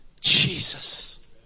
Jesus